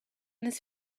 this